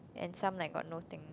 and some like got no thing